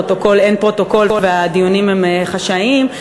אין פרוטוקול והדיונים הם חשאיים,